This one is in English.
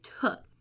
took